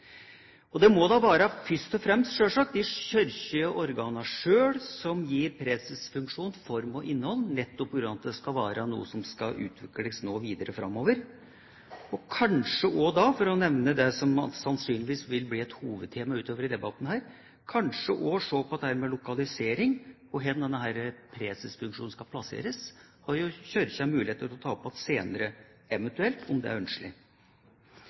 må først og fremst være de kirkelige organer sjøl som gir presesfunksjonen form og innhold, nettopp på grunn av at denne nå skal utvikles videre framover, og kanskje også – for å nevne det som sannsynligvis vil bli et hovedtema utover i debatten her – se på dette med lokalisering, hvor denne presesfunksjonen skal plasseres. Det har Kirka mulighet til å ta opp igjen seinere, eventuelt, om det er ønskelig.